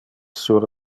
sur